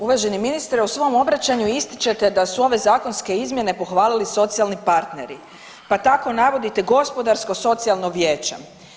Uvaženi ministre, u svom obraćanju ističete da su ove zakonske izmjene pohvalili socijalni partneri pa tako navodite Gospodarsko socijalno vijeće.